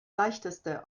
leichteste